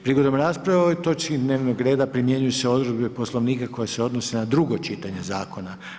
Prigodom rasprave o ovoj točci dnevnog reda primjenjuju se odredbe Poslovnika koje se odnose na drugo čitanje zakona.